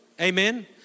Amen